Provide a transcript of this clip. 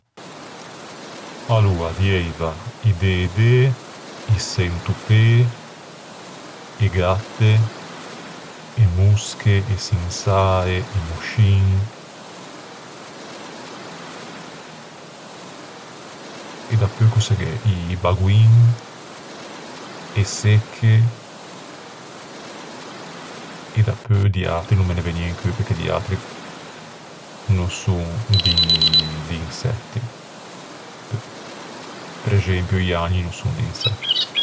Aloa, dieiva i dëdê, i çentopê, e gatte, e mosche, e çinsae, i moscin... E dapeu cöse gh'é? I bagoin, e secche, e dapeu di atri no me ne vëgne in cheu, perché di atri no son di insetti. Prexempio i ägni no son di insetti.